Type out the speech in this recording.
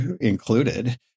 included